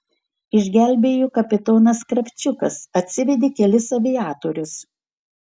išgelbėjo kapitonas kravčiukas atsivedė kelis aviatorius